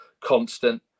constant